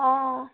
অঁ